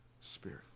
Spirit